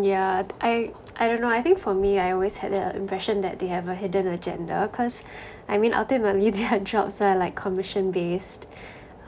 yeah I I don't know I think for me I always had the impression that they have a hidden agenda cause I mean ultimately their jobs are like commission based